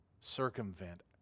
circumvent